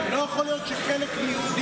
לא יכול להיות שחלק מהיהודים,